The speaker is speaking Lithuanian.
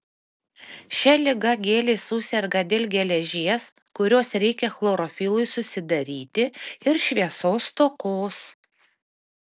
šia liga gėlės suserga dėl geležies kurios reikia chlorofilui susidaryti ir šviesos stokos